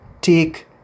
Take